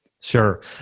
Sure